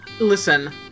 Listen